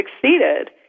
succeeded